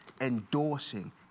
endorsing